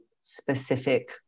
specific